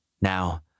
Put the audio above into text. now